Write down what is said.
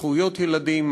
זכויות ילדים,